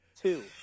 Two